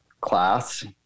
class